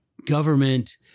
government